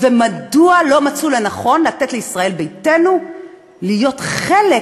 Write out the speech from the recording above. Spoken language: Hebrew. ומדוע לא מצאו לנכון לתת לישראל ביתנו להיות חלק